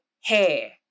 hair